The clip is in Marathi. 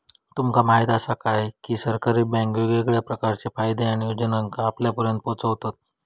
तुमका म्हायत आसा काय, की सरकारी बँके वेगवेगळ्या प्रकारचे फायदे आणि योजनांका आपल्यापर्यात पोचयतत